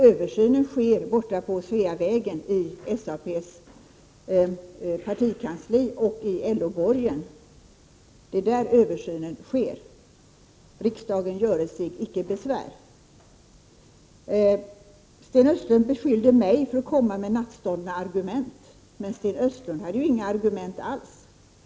Översynen sker på Sveavägen på SAP:s partikansli och i LO-borgen. Riksdagen göre sig icke besvär! Sten Östlund beskyller mig för att komma med nattståndna argument, men Sten Östlund själv har inga argument alls.